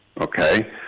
okay